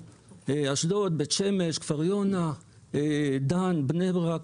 אשדוד, בית שמש, כפר יונה, דן, בני ברק.